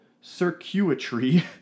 circuitry